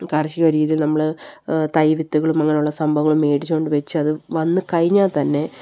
കാർഷികരീതിയിൽ നമ്മള് തൈ വിത്തുകളും അങ്ങനെയുള്ള സംഭവങ്ങളും മേടിച്ചുകൊണ്ടുവെച്ച് അത് വന്നുകഴിഞ്ഞാല് തന്നെ